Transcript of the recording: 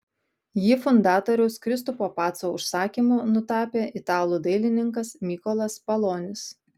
jį fundatoriaus kristupo paco užsakymu nutapė italų dailininkas mykolas palonis